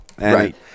right